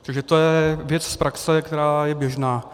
Takže to je věc z praxe, která je běžná.